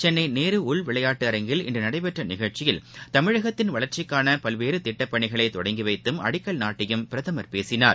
சென்னை நேரு உள்விளையாட்டரங்கில் இன்று நடைபெற்ற நிகழ்ச்சியில் தமிழகத்தின் வளர்ச்சிக்கான பல்வேறு திட்டப் பணிகளை தொடங்கி வைத்தும் அடிக்கல் நாட்டியும் பிரதமர் பேசினார்